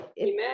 amen